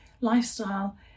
lifestyle